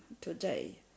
today